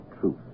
truth